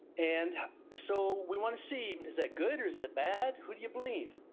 and so we wanna see, is that good, or is it bad? who do you believe.